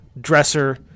dresser